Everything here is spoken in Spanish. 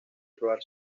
probar